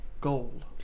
gold